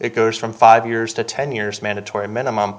it goes from five years to ten years mandatory minimum